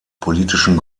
politischen